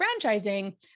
franchising